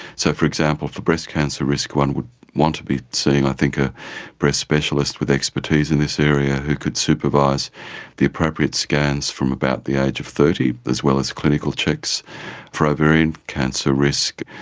so, for example, for breast cancer risk one would want to be seeing i think a breast specialist with expertise in this area who could supervise the appropriate scans from about the age of thirty as well as clinical checks for ovarian cancer risk,